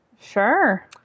Sure